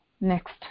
next